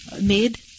made